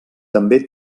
també